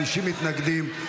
50 מתנגדים,